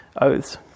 oaths